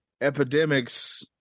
Epidemics